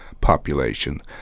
population